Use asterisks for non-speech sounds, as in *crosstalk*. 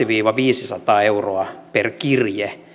*unintelligible* viiva viisisataa euroa per kirje